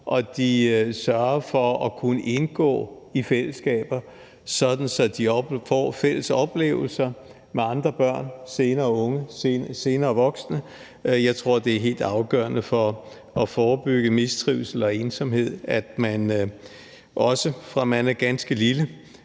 at vi sørger for, at de kan indgå i fællesskaber, sådan at de får fælles oplevelser med andre børn, senere unge, senere voksne. Jeg tror, det er helt afgørende for at forebygge mistrivsel og ensomhed, at man, også fra man er ganske lille,